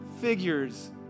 figures